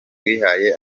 wihaye